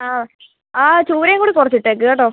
ആ ആ ചൂരയും കൂടി കുറച്ചിട്ടേക്ക് കേട്ടോ